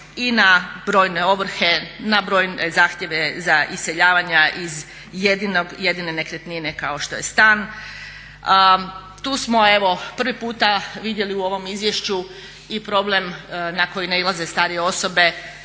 i na brojne ovrhe, zahtjeve za iseljavanja iz jedine nekretnine kao što je stan. Tu smo evo prvi puta vidjeli u ovom izvješću i problem na koji nailaze starije osobe